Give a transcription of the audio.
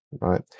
right